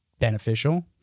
Beneficial